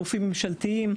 בין אם זה גופים משפטיים,